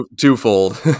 twofold